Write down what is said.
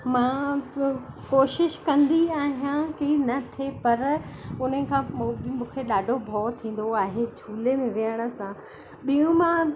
मां बि कोशिश कंदी आहियां कि न थिए पर उनखां पोइ बि मूंखे ॾाढो भउ थींदो आहे झूले में विहण सां ॿियूं मां